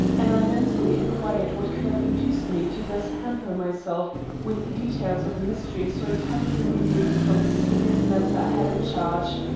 and i mentally inquired what could have induced me to thus hamper myself with the details of a mystery so entirely removed from the serious matter i had in charge.